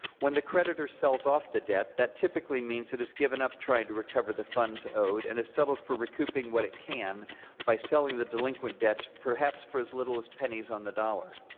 when the creditor sells off the debt, that typically means it has given up trying to recover the funds owed and has settled for recouping what it can by selling the delinquent debts, perhaps for as little as pennies on the dollar.